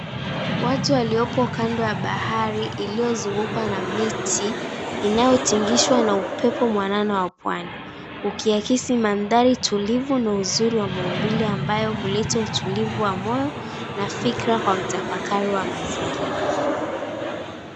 Watu waliopo kando ya bahari iliyozungukwa na miti inayotingishwa na upepo mwanana wa pwani. Ukiakisi mandhari tulivu na uzuri wa maumbile ambayo huleta utulivu wa moyo na fikra kwa mtafakari wa mazingira.